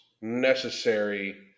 necessary